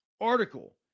article